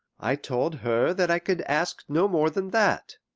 i told her that i could ask no more than that.